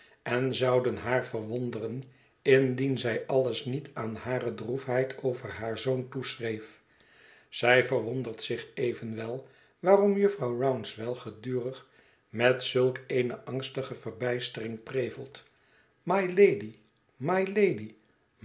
en zouden haar verwonderen indien zij alles niet aan hare droefheid over haar zoon toeschreef zij verwondert zich evenwel waarom jufvrouw rouncewell gedurig met zulk eene angstige verbijstering prevelt mylady mylady